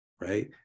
right